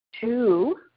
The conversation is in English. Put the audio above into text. Two